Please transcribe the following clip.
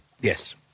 yes